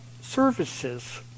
services